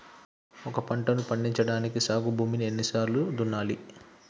ఒక పంటని పండించడానికి సాగు భూమిని ఎన్ని సార్లు దున్నాలి?